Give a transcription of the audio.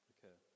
Okay